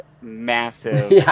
massive